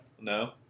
no